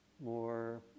more